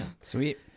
Sweet